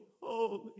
Holy